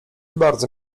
bardzo